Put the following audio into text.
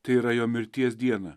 tai yra jo mirties dieną